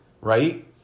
right